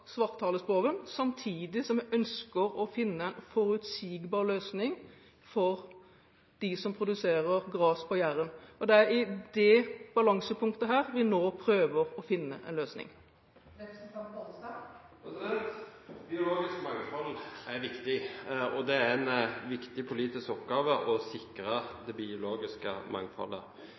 samtidig som jeg ønsker å finne en forutsigbar løsning for dem som produserer gras på Jæren. Det er i dette balansepunktet vi nå prøver å finne en løsning. Biologisk mangfold er viktig, og det er en viktig politisk oppgave å sikre det biologiske mangfoldet.